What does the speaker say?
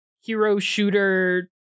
hero-shooter